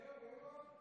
זהו?